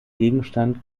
gegenstand